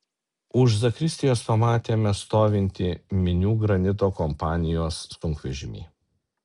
už zakristijos pamatėme stovintį minių granito kompanijos sunkvežimį